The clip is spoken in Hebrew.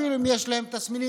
אפילו אם יש להם תסמינים,